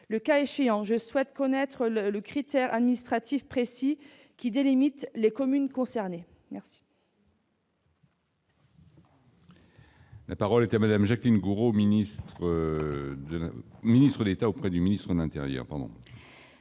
Le cas échéant, je souhaite connaître le critère administratif précis qui délimite les communes concernées. La parole est à Mme la ministre auprès du ministre d'État, ministre de l'intérieur.